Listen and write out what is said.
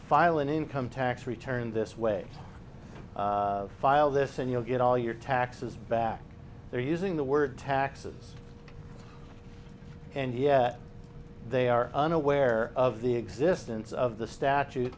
an income tax return this way file this and you'll get all your taxes back there using the word taxes and yet they are unaware of the existence of the statute